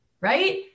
Right